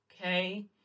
Okay